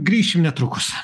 grįšim netrukus